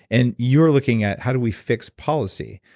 and you're looking at how do we fix policy?